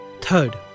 Third